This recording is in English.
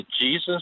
Jesus